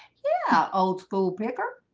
yeah, old-school picker,